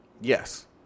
Yes